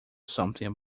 something